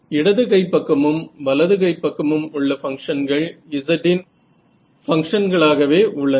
இடது கைப்பக்கமும் வலதுகைப் பக்கமும் உள்ள பங்ஷன்கள் z இன் பங்ஷன்களாகவே உள்ளன